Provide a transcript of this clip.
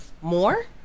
more